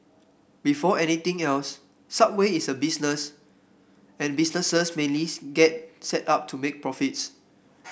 before anything else Subway is a business and businesses mainly get set up to make profits